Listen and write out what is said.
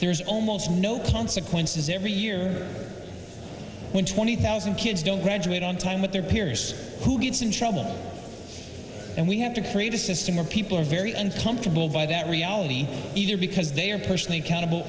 there's almost no consequences every year when twenty thousand kids don't graduate on time with their peers who gets in trouble and we have to create a system where people are very uncomfortable by that reality either because they are personally accountable